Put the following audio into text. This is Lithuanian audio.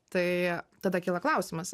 tai tada kyla klausimas